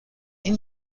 این